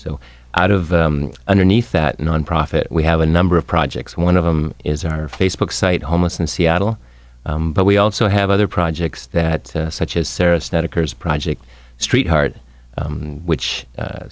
so out of underneath that nonprofit we have a number of projects one of them is our facebook site homeless in seattle but we also have other projects that such as service that occurs project street hard which